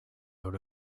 out